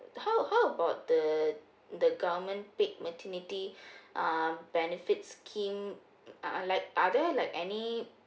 how how about the the government paid maternity uh benefits scheme are like are there like any